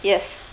yes